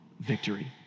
victory